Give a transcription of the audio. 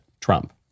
Trump